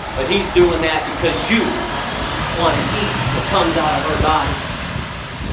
but he's doing that because you wanna eat what comes out of her body.